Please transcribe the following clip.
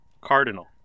cardinal